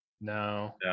No